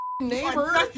neighbor